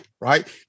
right